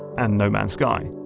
and no man's sky.